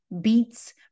beets